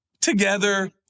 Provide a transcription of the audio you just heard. together